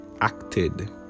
acted